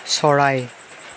চৰাই